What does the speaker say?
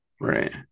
Right